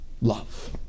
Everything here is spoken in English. love